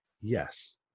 yes